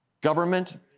government